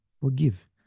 forgive